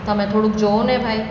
તમે થોડુંક જુઓ ને ભાઈ